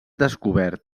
descobert